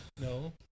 no